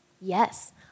Yes